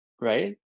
right